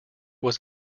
was